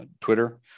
Twitter